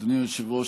אדוני היושב-ראש,